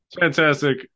Fantastic